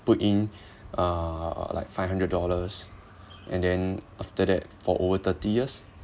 put in uh uh like five hundred dollars and then after that for over thirty years